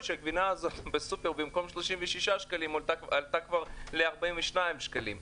שהגבינה הזאת עולה בסופר במקום 36 שקלים עלתה ל-42 שקלים.